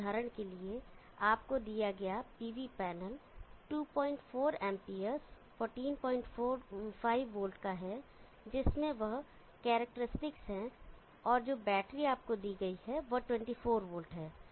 एक उदाहरण के लिए आपको दिया गया pv पैनल 25 amps 145 वोल्ट का है जिसमें वह करैक्टेरिस्टिक्स हैं और जो बैटरी आपको दी गई है वह 24 v है